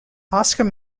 oscar